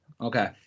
okay